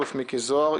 מכלוף מיקי זהר,